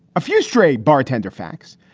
a few stray bartender facts.